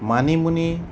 মানিমুনি